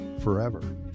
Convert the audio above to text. forever